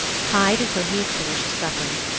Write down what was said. hide until he has finished supper.